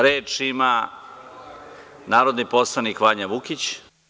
Reč ima narodni poslanik Vanja Vukić.